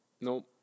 Nope